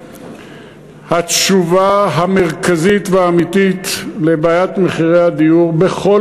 התשובה המרכזית והאמיתית לבעיית מחירי הדיור בכל